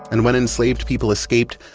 and when enslaved people escaped,